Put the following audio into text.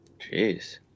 Jeez